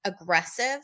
aggressive